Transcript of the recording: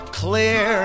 clear